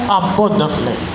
abundantly